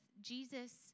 Jesus